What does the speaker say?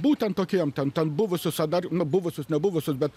būtent tokiem ten ten buvusius a dar buvusios nebuvusios bet